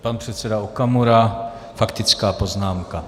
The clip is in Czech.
Pan předseda Okamura faktická poznámka.